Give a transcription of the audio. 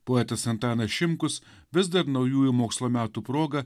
poetas antanas šimkus vis dar naujųjų mokslo metų proga